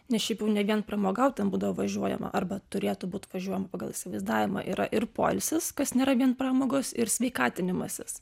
nes šiaip jau ne vien pramogaut ten būdavo važiuojama arba turėtų būt važiuojama pagal įsivaizdavimą yra ir poilsis kas nėra vien pramogos ir sveikatinimasis